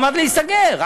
עמד להיסגר,